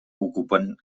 ocupen